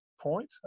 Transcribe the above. point